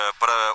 para